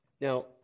Now